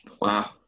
Wow